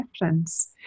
difference